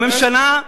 הממשלה,